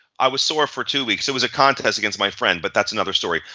i was sore for two weeks. it was a contest against my friend but that's another story.